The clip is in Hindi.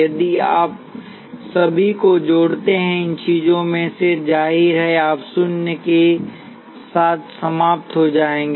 यदि आप सभी को जोड़ते हैं इन चीजों में से जाहिर है आप शून्य के साथ समाप्त हो जाएंगे